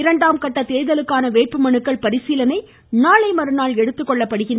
இரண்டாம் கட்ட தேர்தலுக்கான வேட்பு மனுக்கள் பரிசீலனை நாளை மறுநாள் எடுத்துக் கொள்ளப்படுகிறது